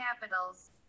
capitals